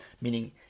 meaning